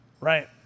Right